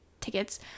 tickets